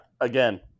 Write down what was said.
again